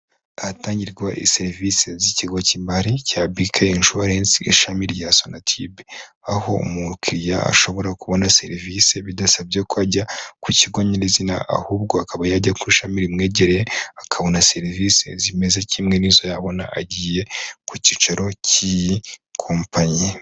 Ahatangirwa serivisi z'ikigo cy'imari cya bike insuwarensi ishami rya sonatube aho umukiriya ashobora kubona serivisi bidasabye ko ajya ku kigo nyiriizina ahubwo akaba yajya ku ishami rimwegereye akabona serivisi zimeze kimwe n'izo yabona agiye ku cyicaro cy'iyi kompanyi.